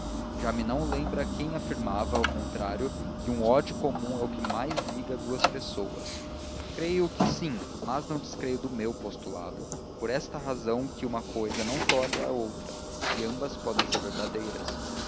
já me não lembra quem afirmava ao contrário que um ódio comum é o que mais liga duas pessoas creio que sim mas não descreio do meu postulado por esta razão que uma cousa não tolhe a outra e ambas podem ser verdadeiras